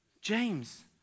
James